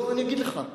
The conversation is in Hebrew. לא, אני אגיד לך: